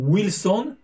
Wilson